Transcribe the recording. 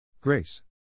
Grace